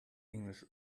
english